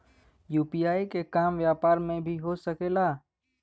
UPI के काम व्यापार में भी हो सके ला?